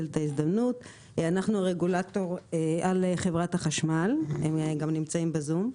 אנחנו רגולטור על חברת החשמל, הם גם נמצאים בזום,